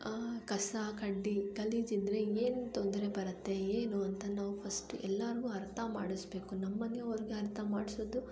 ಕಸ ಕಡ್ಡಿ ಗಲೀಜು ಇದ್ದರೆ ಏನು ತೊಂದರೆ ಬರತ್ತೆ ಏನು ಅಂತ ನಾವು ಫಸ್ಟು ಎಲ್ಲರ್ಗು ಅರ್ಥ ಮಾಡಿಸಬೇಕು ನಮ್ಮ ಮನೆ ಅವ್ರಿಗೆ ಅರ್ಥ ಮಾಡಿಸೋದು